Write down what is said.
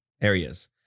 areas